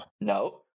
no